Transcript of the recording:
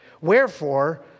Wherefore